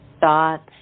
thoughts